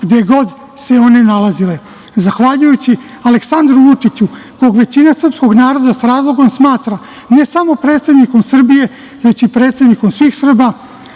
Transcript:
gde god se one nalazile. Zahvaljujući Aleksandru Vučiću, koga većina srpskog naroda s razlogom smatra ne samo predsednikom Srbije, već i predsednikom svih Srba,